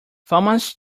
thomas